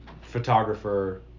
photographer